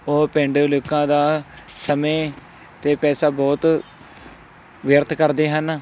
ਉਹ ਪੇਂਡੂ ਲੋਕਾਂ ਦਾ ਸਮਾਂ ਅਤੇ ਪੈਸਾ ਬਹੁਤ ਵਿਅਰਥ ਕਰਦੇ ਹਨ